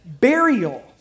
burial